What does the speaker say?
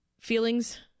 Feelings